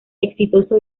exitoso